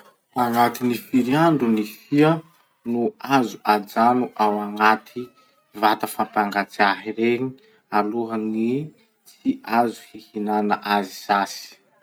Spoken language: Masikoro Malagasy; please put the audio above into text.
Agnatin'ny firy andro gny fia no azo ajano ao agnaty vata fapangatsiahy regny alohan'ny tsy azo hihinana azy sasy?